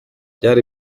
byari